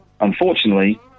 unfortunately